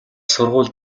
сургууль